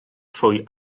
trwy